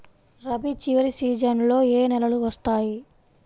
రబీ చివరి సీజన్లో ఏ నెలలు వస్తాయి?